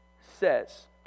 says